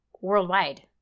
worldwide